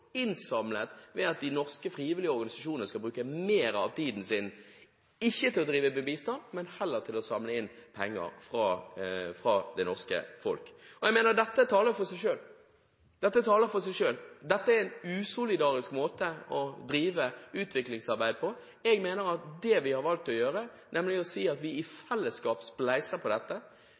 innsamlet ved at de norske, frivillige organisasjonene skal bruke mer av tiden sin ikke til å drive med bistand, men heller til å samle inn penger fra det norske folk. Jeg mener at dette taler for seg selv. Dette taler for seg selv. Dette er en usolidarisk måte å drive utviklingsarbeid på. Jeg mener at det vi har valgt å gjøre, er i fellesskap å spleise på dette.